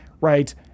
right